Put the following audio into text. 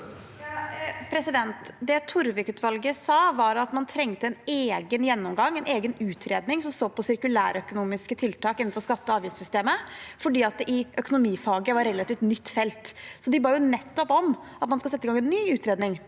Det Tor- vik-utvalget sa, var at man trengte en egen gjennomgang, en egen utredning, som så på sirkulærøkonomiske tiltak innenfor skatte- og avgiftssystemet, fordi det i økonomifaget var et relativt nytt felt. De ba nettopp om at man skal sette i gang en ny utredning.